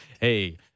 hey